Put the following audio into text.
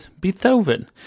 Beethoven